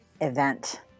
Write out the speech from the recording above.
event